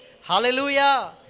Hallelujah